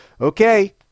Okay